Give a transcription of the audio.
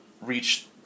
reach